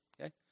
okay